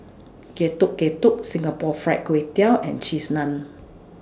Getuk Getuk Singapore Fried Kway Tiao and Cheese Naan